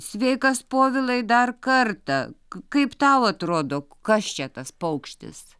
sveikas povilai dar kartą kaip tau atrodo kas čia tas paukštis